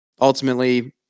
ultimately